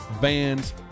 Vans